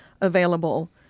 available